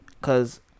Cause